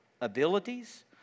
abilities